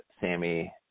Sammy